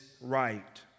right